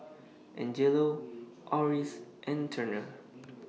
Angelo Oris and Turner